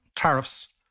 Tariffs